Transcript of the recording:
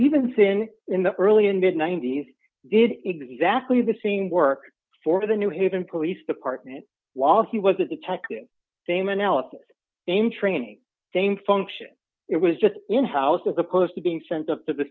even thin in the early and mid ninety's did exactly the same work for the new haven police department while he was a detective same analysis same training same function it was just in house as opposed to being sent to the